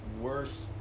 worst